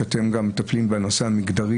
כשאתם גם מטפלים בנושא המגדרי